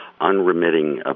unremitting